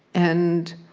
and